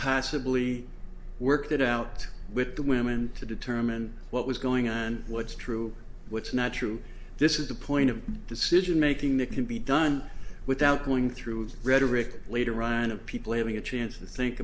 passably worked it out with the women to determine what was going on and what's true what's not true this is the point of decision making that can be done without going through the rhetoric later ryan of people having a chance to think